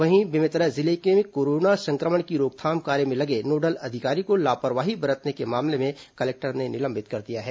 वहीं बेमेतरा जिले में कोरोना संक्रमण की रोकथाम कार्य में लगे नोडल अधिकरी को लापरवाही बरतने के मामले में कलेक्टर ने निलंबित कर दिया है